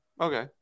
Okay